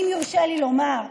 אם יורשה לי לומר,